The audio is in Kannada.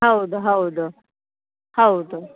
ಹೌದು ಹೌದು ಹೌದು